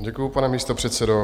Děkuji, pane místopředsedo.